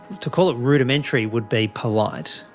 to call it rudimentary would be polite.